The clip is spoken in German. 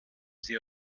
sie